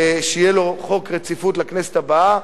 כדי שיהיה לו דין רציפות בכנסת הבאה.